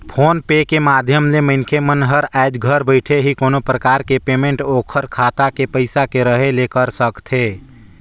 phone पे के माधियम ले मनखे मन हर आयज घर बइठे ही कोनो परकार के पेमेंट ओखर खाता मे पइसा के रहें ले कर सकथे